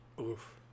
Oof